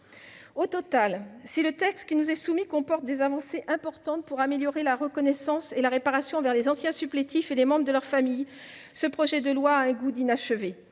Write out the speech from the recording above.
Au total, si le texte qui nous est soumis comporte des avancées importantes pour améliorer la reconnaissance et la réparation envers les anciens supplétifs et les membres de leurs familles, ce projet de loi garde un goût d'inachevé.